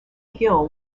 gill